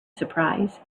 surprise